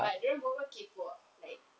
but dia orang bual bual kekok ah like